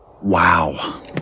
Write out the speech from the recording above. wow